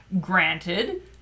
granted